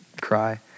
cry